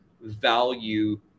value